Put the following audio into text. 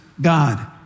God